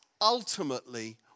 ultimately